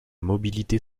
mobilité